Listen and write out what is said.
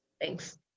Thanks